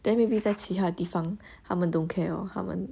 then maybe 在其他地方他们 don't care or 他们